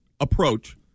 Approach